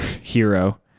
hero